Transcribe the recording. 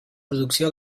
producció